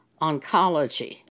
oncology